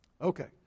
Okay